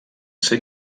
ser